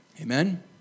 amen